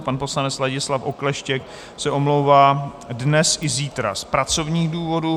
Pan poslanec Ladislav Okleštěk se omlouvá dnes i zítra z pracovních důvodů.